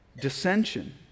dissension